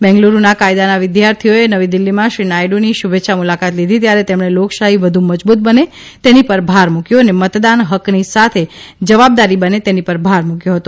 બેંગલુરૂના કાયદાના વિદ્યાર્થીઓએ નવી દીલ્ફીમાં શ્રી નાયડુની શુભેચ્છા મુલાકાત લીધી ત્યારે તેમણે લોકશાહી વધુ મજબૂત બને તેની પર ભાર મૂક્યો અને મતદાન હક્કની સાથે જવાબદારી બને તેની પર ભાર મૂક્યો હતો